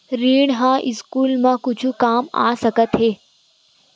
ऋण ह स्कूल मा कुछु काम आ सकत हे?